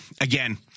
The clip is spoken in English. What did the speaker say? again